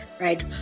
right